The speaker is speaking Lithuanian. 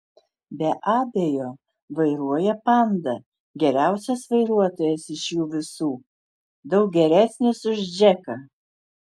be abejo vairuoja panda geriausias vairuotojas iš jų visų daug geresnis už džeką